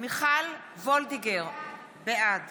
מיכל וולדיגר, בעד